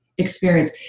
experience